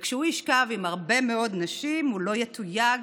וכשהוא ישכב עם הרבה מאוד נשים, הוא לא יתויג